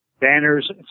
banners